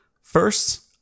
first